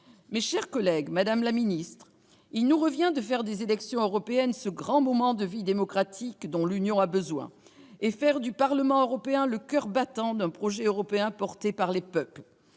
Mes chers collègues, madame la ministre, il nous revient de faire des élections européennes ce grand moment de vie démocratique dont l'Union a besoin, et de faire du Parlement européen le coeur battant d'un projet européen porté par les peuples.